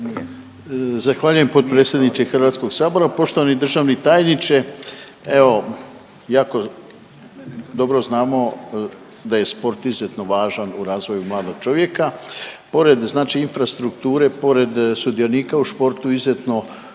Zahvaljujem potpredsjedniče Hrvatskog sabora. Poštovani državni tajniče, evo jako dobro znamo da je sport izuzetno važan u razvoju mladog čovjeka. Pored znači infrastrukture, pored sudionika u športu izuzetno